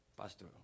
pastor